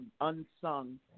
Unsung